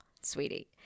sweetie